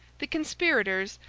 the conspirators,